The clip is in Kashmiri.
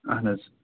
اَہَن حظ